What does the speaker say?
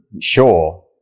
Sure